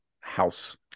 house